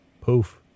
Poof